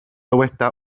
dyweda